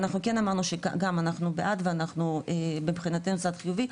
אנחנו כן אמרנו שגם אנחנו בעד ומבחינתנו צד חיובי,